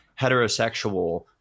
heterosexual